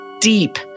deep